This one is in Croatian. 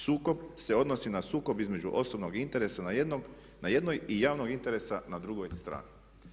Sukob se odnosi na sukob između osobnog interesa na jednoj i javnog interesa na drugoj strani.